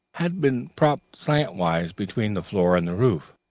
had been propped slantwise between the floor and the roof.